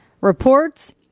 Reports